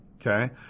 okay